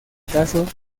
caso